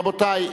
רבותי,